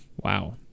Wow